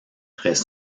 très